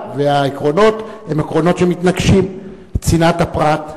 והעקרונות הם עקרונות שמתנגשים: צנעת הפרט,